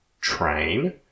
train